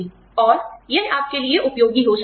और यह आपके लिए उपयोगी हो सकता है